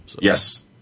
Yes